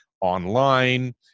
online